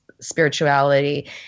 spirituality